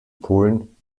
polen